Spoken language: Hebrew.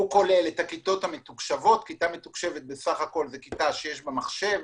הוא כולל את הכיתות המתוקשבות, כיתה שיש בה מחשב,